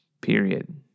period